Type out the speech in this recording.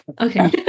Okay